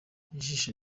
ijisho